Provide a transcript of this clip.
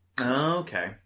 Okay